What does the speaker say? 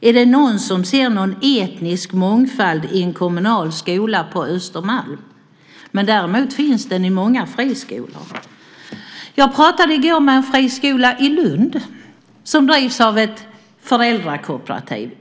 Är det någon som ser någon etnisk mångfald i en kommunal skola på Östermalm? Den finns däremot i många friskolor. Jag pratade i går med personer från en friskola i Lund som drivs som ett föräldrakooperativ.